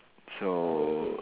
so